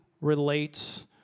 relates